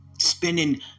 Spending